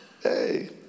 hey